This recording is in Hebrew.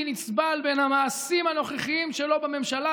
נסבל בין המעשים הנוכחיים שלו בממשלה,